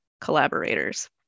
collaborators